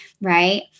right